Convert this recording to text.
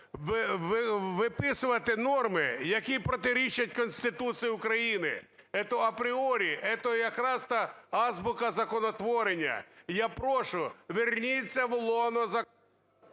виписувати норми, які протирічать Конституції України. Это апріорі, это якраз та азбука законотворення. Я прошу, верніться в лоно закону.